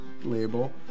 label